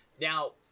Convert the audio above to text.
Now